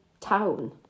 town